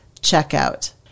checkout